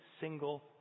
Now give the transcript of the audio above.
single